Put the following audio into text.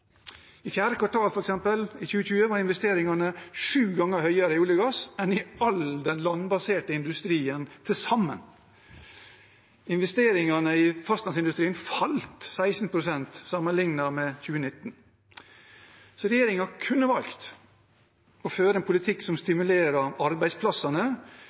I f.eks. fjerde kvartal i 2020 var investeringene sju ganger høyere i olje- og gassindustrien enn i all landbasert industri til sammen. Investeringene i fastlandsindustrien falt 16 pst. sammenliknet med 2019. Regjeringen kunne ha valgt å føre en politikk som stimulerer arbeidsplassene